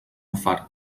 fart